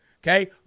Okay